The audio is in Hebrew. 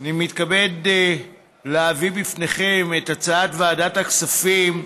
אני מתכבד להביא בפניכם את הצעת ועדת הכספים,